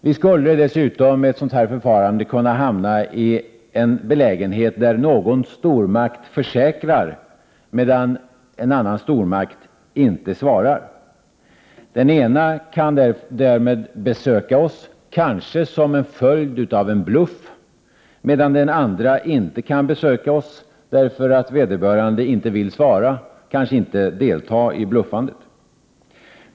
Vi skulle dessutom med ett sådant förfarande kunna hamna i en belägenhet där någon stormakt försäkrar, medan en annan stormakt inte svarar. Den ena kan därmed besöka oss, kanske som en följd av en bluff, medan den andra inte kan besöka oss, kanske därför att vederbörande inte vill svara, inte delta i bluffandet.